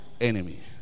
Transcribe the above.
enemy